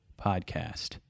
podcast